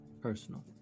personal